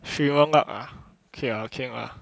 streamer luck ah okay lah okay lah